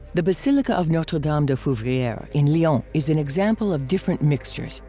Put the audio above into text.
the basilica of notre-dame de fourviere in lyon is an example of different mixtures,